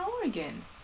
Oregon